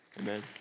Amen